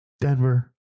Denver